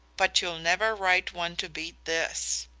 but you'll never write one to beat this!